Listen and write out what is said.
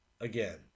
Again